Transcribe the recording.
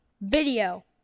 video